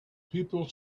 people